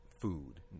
food